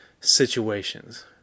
situations